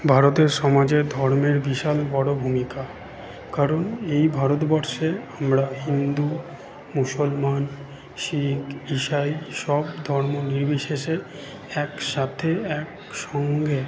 ভারতের সমাজে ধর্মের বিশাল বড় ভূমিকা কারণ এই ভারতবর্ষে আমরা হিন্দু মুসলমান শিখ ঈশাই সব ধর্ম নির্বিশেষে একসাথে একসঙ্গে